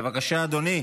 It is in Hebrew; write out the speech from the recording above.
בבקשה, אדוני.